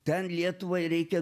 ten lietuvai reikia